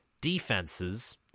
defenses